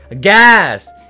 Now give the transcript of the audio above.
gas